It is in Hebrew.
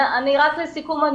לסיכום,